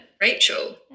Rachel